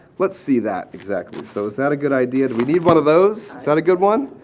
let's see that exactly. so, is that a good idea? do we need one of those? is that a good one?